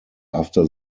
after